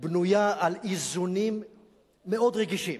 בנויה על איזונים מאוד רגישים,